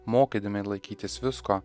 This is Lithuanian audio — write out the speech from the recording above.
mokydami laikytis visko